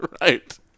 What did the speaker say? right